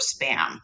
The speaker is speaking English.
spam